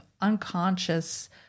unconscious